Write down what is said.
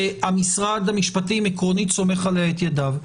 שהמשרד המשפטים עקרונית סומך עליו את ידיו,